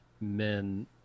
men